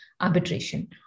arbitration